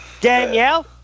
Danielle